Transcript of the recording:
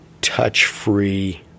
touch-free